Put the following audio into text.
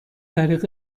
طریق